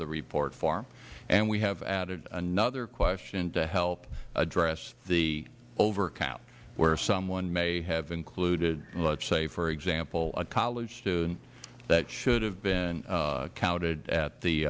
the report form and we have added another question to help address the overcount where someone may have included let's say for example a college student that should have been counted at the